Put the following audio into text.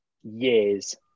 years